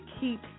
keep